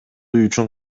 үчүн